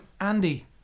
Andy